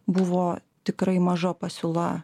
buvo tikrai maža pasiūla